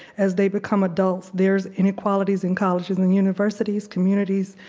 as they become adults there's inequalities in colleges and universities, communities,